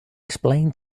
explain